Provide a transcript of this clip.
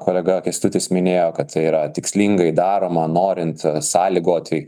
kolega kęstutis minėjo kad tai yra tikslingai daroma norint sąlygoti